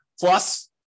Plus